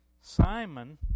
Simon